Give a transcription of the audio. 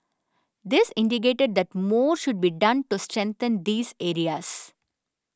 this indicated that more should be done to strengthen these areas